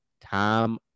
time